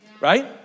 right